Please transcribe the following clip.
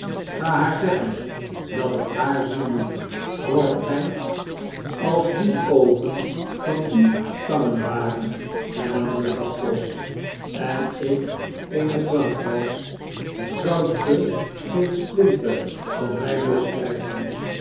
ga haar zeggen dat ik haar zien moet hoort go als die oogen van u tangen waren hernam juffrouw pross en ik eene plank was zoudt ge geen splinter van rrijj